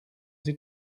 sie